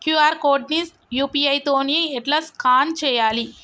QR code ని UPI తోని ఎట్లా స్కాన్ చేయాలి?